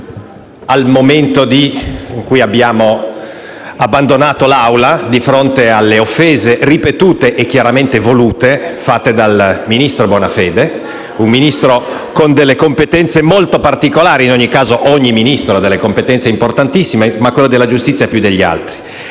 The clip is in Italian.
la parola quando abbiamo abbandonato l'Aula di fronte alle offese ripetute e chiaramente volute del ministro Bonafede, un Ministro con delle competenze molto particolari. Ogni Ministro ha delle competenze importantissime, ma quello della giustizia più degli altri.